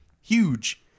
huge